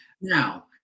Now